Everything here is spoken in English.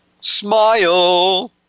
Smile